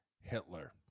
Hitler